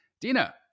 Dina